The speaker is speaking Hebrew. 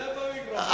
הוא התאהב במיקרופון.